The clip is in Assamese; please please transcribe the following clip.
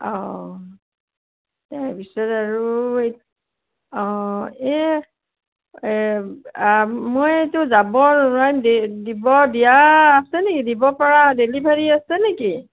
অঁ তাৰপিছত আৰু এই অঁ এই মইটো যাব নোৱাৰিম দে দিব দিয়া আছে নেকি দিবপৰা ডেলিভাৰী আছে নেকি